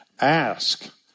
ask